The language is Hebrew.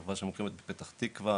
חברה שמוקמת בפתח תקווה,